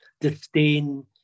disdain